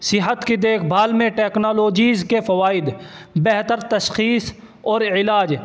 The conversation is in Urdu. صحت کی دیکھ بھال میں ٹیکنالوجیز کے فوائد بہتر تشخیص اور علاج